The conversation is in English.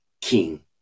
king